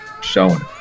showing